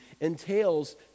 entails